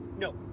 no